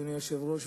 אדוני היושב-ראש,